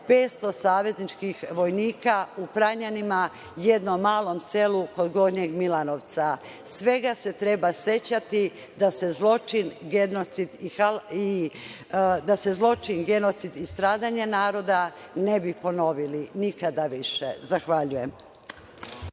500 savezničkih vojnika u Pranjanima, jednom malom selu kod Gornjeg Milanovca. Svega se treba sećati, da se zločin, genocid i stradanje naroda ne bi ponovili nikada više. Zahvaljujem.